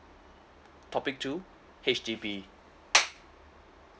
topic two H_D_B